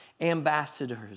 ambassadors